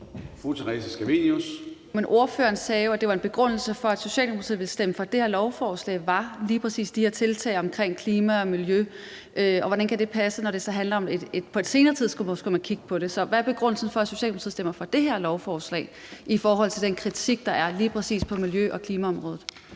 Theresa Scavenius (UFG): Men ordføreren sagde jo, at en begrundelse for, at Socialdemokratiet ville stemme for det her lovforslag, lige præcis var de her tiltag omkring klima og miljø. Hvordan kan det passe, når det så handler om, at man skal kigge på det på et senere tidspunkt? Så hvad er begrundelsen for, at Socialdemokratiet stemmer for det her lovforslag, i forhold til den kritik der lige præcis er på miljø- og klimaområdet?